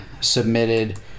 submitted